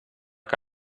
que